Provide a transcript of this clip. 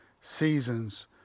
seasons